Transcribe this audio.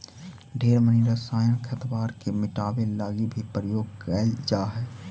ढेर मनी रसायन खरपतवार के मिटाबे लागी भी प्रयोग कएल जा हई